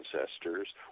ancestors